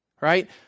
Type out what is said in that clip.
right